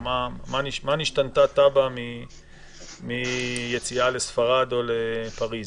או מה נשתנתה טאבה מיציאה לספרד או לפריז?